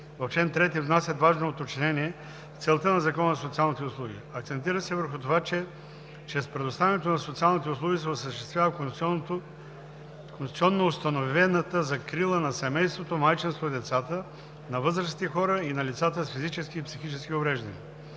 в чл. 3 внасят важно уточнение в целта на Закона за социалните услуги. Акцентира се върху това, че чрез предоставянето на социалните услуги се осъществява конституционно установената закрила на семейството, майчинството и децата, на възрастните хора и на лицата с физически и психически увреждания.